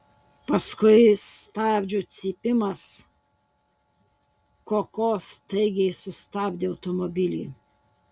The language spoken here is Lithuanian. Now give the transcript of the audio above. paskui stabdžių cypimas koko staigiai sustabdė automobilį